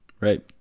right